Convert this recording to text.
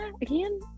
again